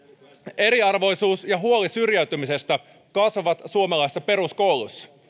eriarvoisuus ja huoli syrjäytymisestä kasvavat suomalaisissa peruskouluissa